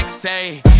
Say